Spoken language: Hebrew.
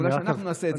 אולי אנחנו נעשה את זה,